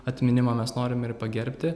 atminimą mes norim ir pagerbti